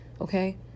Okay